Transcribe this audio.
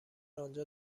آنجا